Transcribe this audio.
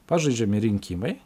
pažaidžiami rinkimai